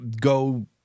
go